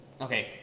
Okay